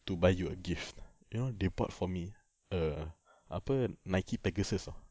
to buy you a gift you know they bought for me err apa Nike pegasus tahu